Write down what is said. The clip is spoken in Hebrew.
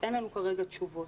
אין לנו כרגע תשובות.